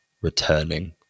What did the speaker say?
returning